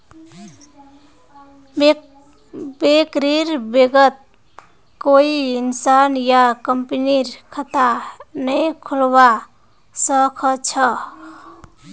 बैंकरेर बैंकत कोई इंसान या कंपनीर खता नइ खुलवा स ख छ